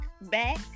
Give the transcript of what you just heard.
back